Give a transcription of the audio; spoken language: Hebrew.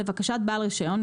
לבקשת בעל הרישיון,